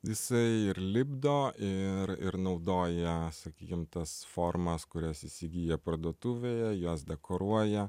jisai ir lipdo ir ir naudoja sakykim tas formas kurias įsigiję parduotuvėje jas dekoruoja